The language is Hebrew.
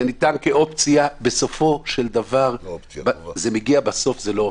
זה ניתן כאופציה, בסוף זה לא עובד.